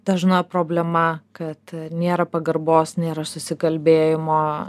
dažna problema kad nėra pagarbos nėra susikalbėjimo